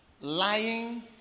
Lying